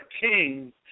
kings